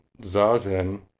Zazen